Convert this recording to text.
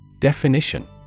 Definition